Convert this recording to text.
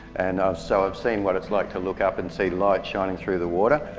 and so i've seen what it's like to look up and see light shining through the water.